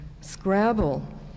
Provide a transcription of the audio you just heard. Scrabble